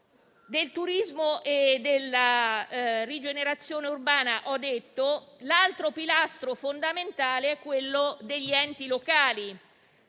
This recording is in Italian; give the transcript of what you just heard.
Del turismo e della rigenerazione urbana ho detto. L'altro pilastro fondamentale è quello degli enti locali.